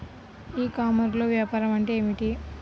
ఈ కామర్స్లో వ్యాపారం అంటే ఏమిటి?